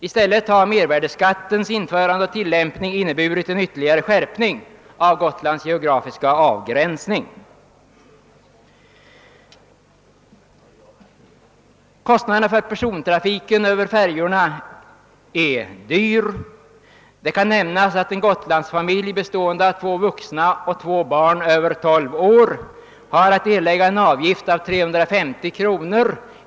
I stället har mervärdeskattens införande och tillämpning inneburit en yiterligare skärpning av Gotlands geografiska avgränsning. Kostnaden för persontrafiken på färjorna är höga. En Gotlandsfamilj bestående av två vuxna och två barn över 12 år har att erlägga en avgift av 350 kr.